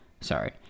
sorry